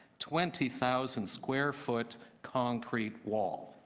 twenty thousand square foot concrete wall.